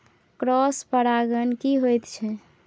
Cross परागण की होयत छै?